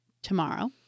Tomorrow